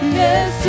yes